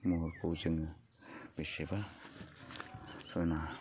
महरखौ जोङो बेसेबा समायना